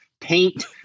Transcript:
paint